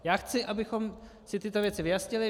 Já chci, abychom si tyto věci vyjasnili.